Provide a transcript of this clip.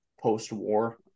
post-war